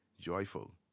joyful